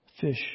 fish